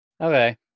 Okay